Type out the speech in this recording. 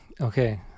Okay